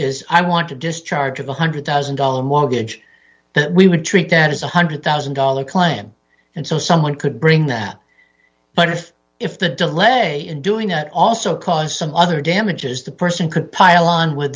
is i want to discharge of one hundred thousand dollars mortgage that we would treat that is one hundred thousand dollars claim and so someone could bring that but if if the delay in doing that also cause some other damages the person could pile on with